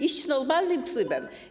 iść normalnym trybem?